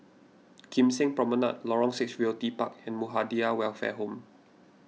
Kim Seng Promenade Lorong six Realty Park and Muhammadiyah Welfare Home